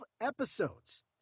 episodes